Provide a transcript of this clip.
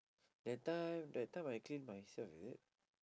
that time that time I clean myself is it